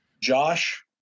Josh